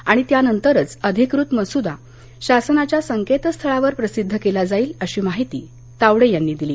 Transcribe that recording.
आणि त्यानंतरच अधिकृत मसूदा शासनाच्या संकेतस्थळावर प्रसिद्ध केला जाईल अशी माहिती तावडे यांनी दिली